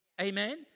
amen